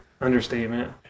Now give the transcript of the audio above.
Understatement